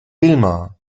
vilma